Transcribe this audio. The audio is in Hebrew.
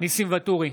ניסים ואטורי,